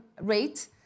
rate